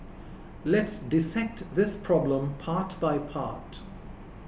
let's dissect this problem part by part